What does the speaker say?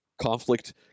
conflict